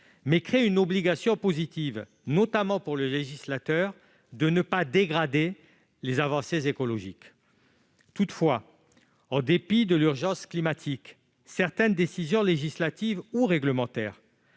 mais crée une obligation positive, notamment pour le législateur, de ne pas dégrader les avancées écologiques. En dépit de l'urgence climatique, certaines décisions législatives ou réglementaires